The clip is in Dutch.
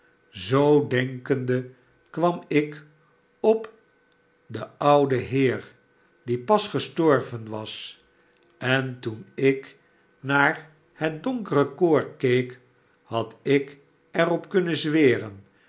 zoo denkende kwam ik op den ouden heer die pas gestorven was en toen ik naar het donkere koor keek had ik er op kunnen zweren